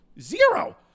Zero